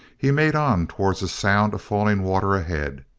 he made on towards a sound of falling water ahead.